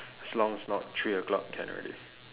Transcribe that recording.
as long it's not three o-clock can already